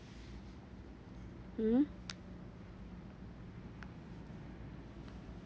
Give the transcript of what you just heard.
mmhmm